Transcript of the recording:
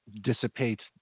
dissipates